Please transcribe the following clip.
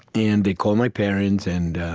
and they called my parents, and